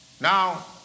Now